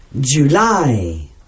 July